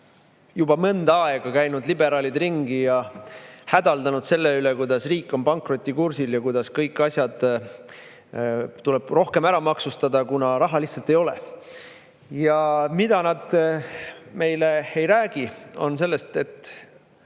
juba mõnda aega liberaalid ringi käinud ja hädaldanud selle üle, kuidas riik on pankrotikursil ja kõiki asju tuleb rohkem maksustada, kuna raha lihtsalt ei ole. Aga mida nad meile ei räägi, on see, et